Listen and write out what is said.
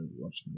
watching